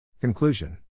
Conclusion